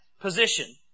position